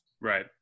Right